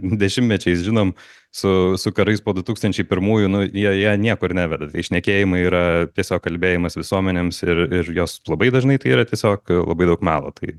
dešimtmečiais žinom su su karais po du tūkstančiai pirmųjų nu jie jie niekur neveda tai šnekėjimai yra tiesiog kalbėjimas visuomenėms ir ir jos labai dažnai tai yra tiesiog labai daug melo tai